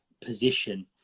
position